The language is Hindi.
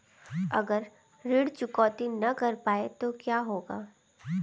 अगर ऋण चुकौती न कर पाए तो क्या होगा?